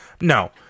No